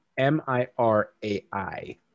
MIRAI